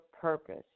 purpose